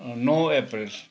नौ अप्रेल